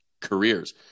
careers